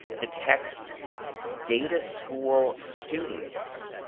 the text data school students